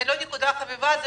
זה לא נקודה חביבה עליי.